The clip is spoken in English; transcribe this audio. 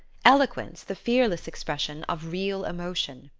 eloquence the fearless expression of real emotion.